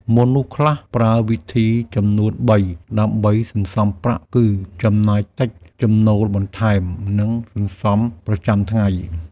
មនុស្សខ្លះប្រើវិធីចំនួនបី ដើម្បីសន្សុំប្រាក់គឺ ចំណាយតិច, ចំណូលបន្ថែម, និងសន្សុំប្រចាំថ្ងៃ។